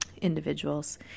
individuals